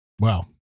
Wow